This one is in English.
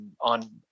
On